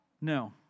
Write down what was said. No